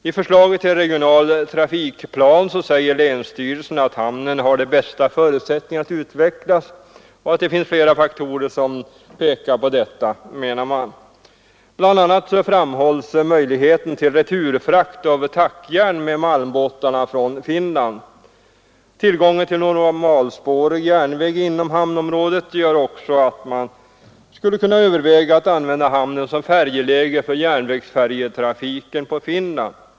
I förslaget till regional trafikplan säger länstyrelsen att hamnen har de bästa förutsättningar att utvecklas och att det finns flera faktorer som pekar på detta. Bl. a. framhålls möjligheten till returfrakt av tackjärn med malmbåtarna från Finland. Tillgången till normalspårig järnväg inom hamnområdet gör också att man skulle kunna överväga att använda hamnen som färjeläge för järnvägsfärjetrafiken på Finland.